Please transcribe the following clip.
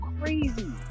crazy